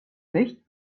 licht